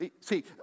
see